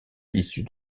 issus